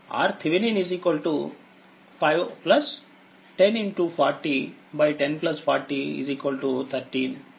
RThevenin 5 10401040 13